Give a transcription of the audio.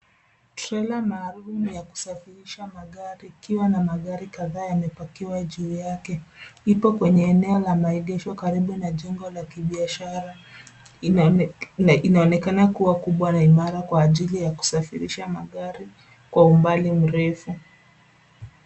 Trela maalumu ya kusafirisha magari, ikiwa na magari kadhaa yamepakiwa juu yake. Iko kwenye eneo la maegesho karibu na jengo la kibiashara. Inaoekana kua kubwa na imara kwa ajili ya kusafirisha magari, kwa umbali mrefu.